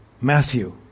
Matthew